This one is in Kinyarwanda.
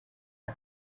ari